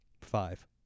five